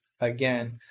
again